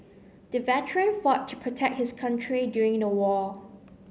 the veteran fought to protect his country during the war